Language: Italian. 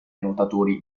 nuotatori